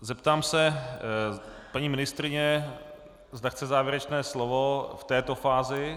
Zeptám se paní ministryně, zda chce závěrečné slovo v této fázi.